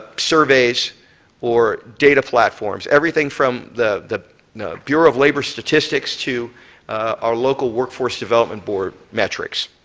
surveys or data platforms. everything from the the bureau of labor statistics to our local workforce development board metrics.